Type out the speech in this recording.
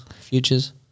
futures